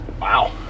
Wow